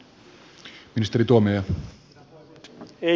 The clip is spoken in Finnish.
herra puhemies